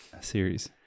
series